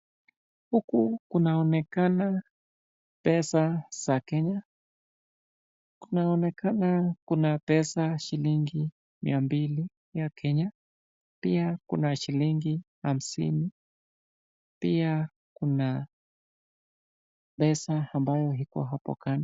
Huku kunaonekana pesa za kenya, kunaonekana pesa shilingi mia mbili ya kenya pia kuna shilingi hamsini pia kuna pesa ambayo iko hapo kando.